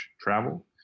travel